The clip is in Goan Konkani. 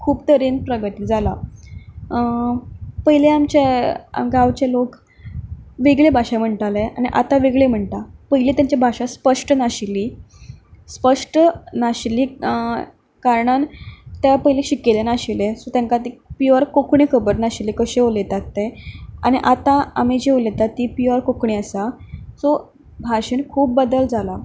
खूप तरेन प्रगती जाला पयलीं आमचे गांवचे लोक वेगळ भाशा म्हणटाले आनी आतां वेगळी म्हणटा पयलीं तेंचे भाशा स्पश्ट नाशिल्ली स्पश्ट नाशिल्ली कारणान त पयलीं शिकिल्ले नाशिल्ले सो तेंकां ती पियॉर कोंकणी खबर नाशिल्ले कशे उलयतात ते आनी आतां आमी जी उलयता ती पियॉर कोंकणी आसा सो भाशेन खूब बदल जाला